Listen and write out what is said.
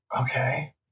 Okay